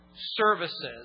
services